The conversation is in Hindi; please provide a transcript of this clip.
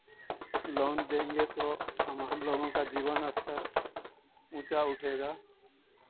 लोन देंगे तो हम हम लोगों का जीवन स्तर ऊँचा उठेगा